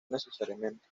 necesariamente